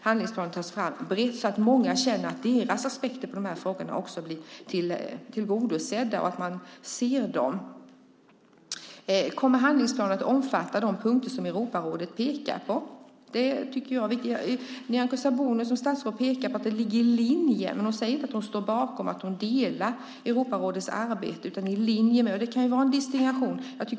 Handlingsplanen måste tas fram brett, så att många känner att deras aspekter på dessa frågor blir tillgodosedda och att man ser dem. Kommer handlingsplanen att omfatta de punkter som Europarådet pekar på? Statsrådet Nyamko Sabuni pekar på att det ligger i linje med detta, men hon säger inte att hon står bakom eller instämmer i Europarådets arbete utan i stället att det är i linje med det. Det kan vara en distinktion.